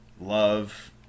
Love